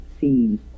see